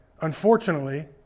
Unfortunately